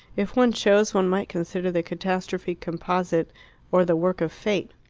if one chose, one might consider the catastrophe composite or the work of fate.